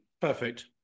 Perfect